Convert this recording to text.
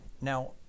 Now